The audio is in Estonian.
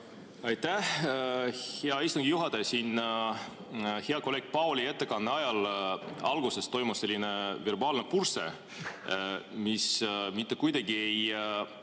Aitäh, hea istungi juhataja! Hea kolleegi Pauli ettekande alguses toimus selline verbaalne purse, mis mitte kuidagi ei